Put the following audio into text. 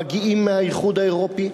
מגיעים מהאיחוד האירופי.